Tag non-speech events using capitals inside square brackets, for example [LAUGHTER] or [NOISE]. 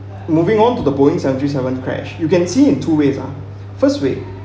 moving on to the boeing seventy-seven crash you can see in two ways ah [BREATH] first way